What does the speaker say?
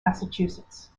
massachusetts